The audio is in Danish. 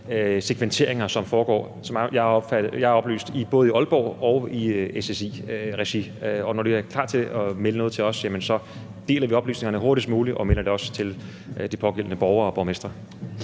segmenteringer, der, som jeg er oplyst, analyseres både i Aalborg i SSI-regi. Og når de er klar til at melde noget til os, jamen så deler vi oplysningerne hurtigst muligt og melder det også til de pågældende borgere og borgmestre.